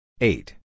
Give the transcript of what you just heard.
Eight